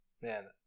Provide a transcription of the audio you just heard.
Man